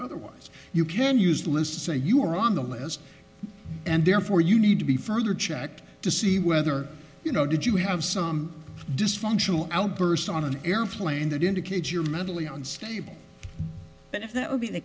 otherwise you can use list say you are on the list and therefore you need to be further checked to see whether you know did you have some dysfunctional outburst on an airplane that indicate you're mentally unstable but if that would be the